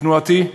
תנועתי,